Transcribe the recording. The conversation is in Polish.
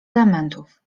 elementów